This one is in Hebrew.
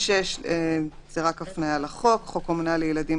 ב-(6) זו רק הפניה לחוק אומנה לילדים,